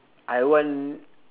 I want